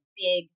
big